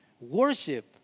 Worship